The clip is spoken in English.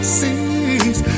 sees